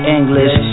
English